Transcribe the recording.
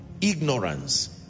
ignorance